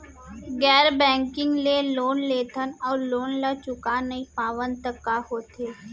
गैर बैंकिंग ले लोन लेथन अऊ लोन ल चुका नहीं पावन त का होथे?